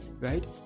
right